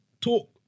talk